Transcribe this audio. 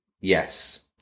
Yes